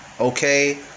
okay